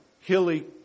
hilly